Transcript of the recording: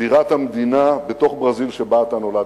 בירת המדינה בתוך ברזיל שבה אתה נולדת.